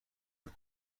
نمی